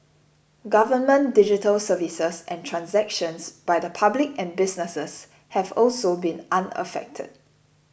government digital services and transactions by the public and businesses have also been unaffected